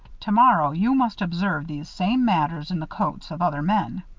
tomorrow, you must observe these same matters in the coats of other men.